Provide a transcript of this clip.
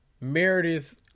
Meredith